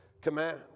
command